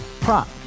prop